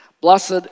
Blessed